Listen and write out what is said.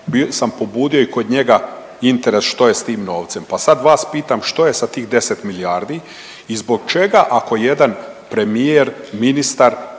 sam pobudio i kod njega interes što je s tim novcem, pa sad vas pitam što je sa tih 10 milijardi i zbog čega ako jedan premijer, ministar